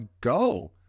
go